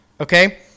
okay